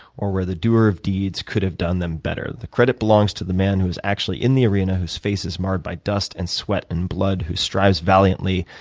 or where the doer of deed could have done them better. the credit belongs to the man who is actually in the arena whose face is marred by dust and swat and blood, who strives valiantly.